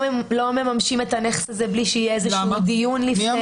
לא מממשים את הנכס הזה בלי שיהיה איזשהו דיון לפני כן.